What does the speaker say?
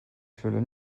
schüler